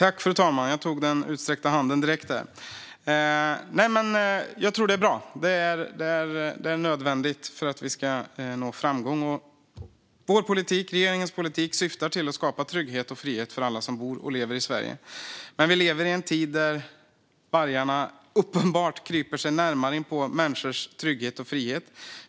Fru talman! Jag tog den utsträckta handen direkt här. Jag tror att det är bra och nödvändigt för att vi ska nå framgång. Regeringens politik syftar till att skapa trygghet och frihet för alla som bor och lever i Sverige. Men vi lever i en tid där vargarna uppenbart kryper sig närmare inpå människors trygghet och frihet.